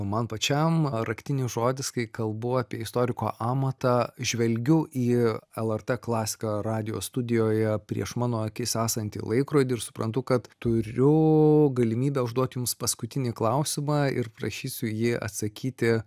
man pačiam raktinis žodis kai kalbu apie istoriko amatą žvelgiu į lrt klasika radijo studijoje prieš mano akis esantį laikrodį ir suprantu kad turiu galimybę užduoti jums paskutinį klausimą ir prašysiu jį atsakyti